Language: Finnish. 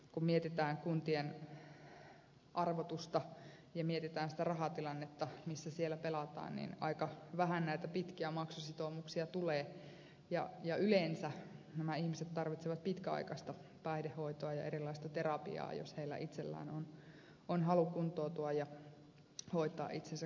kun mietitään kuntien arvotusta ja mietitään sitä rahatilannetta missä siellä pelataan niin aika vähän näitä pitkiä maksusitoumuksia tulee ja yleensä nämä ihmiset tarvitsevat pitkäaikaista päihdehoitoa ja erilaista terapiaa jos heillä itsellään on halu kuntoutua ja hoitaa itsensä kuntoon